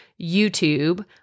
YouTube